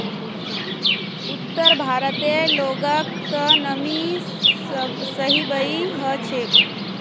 उत्तर भारतेर लोगक त नमी सहबइ ह छेक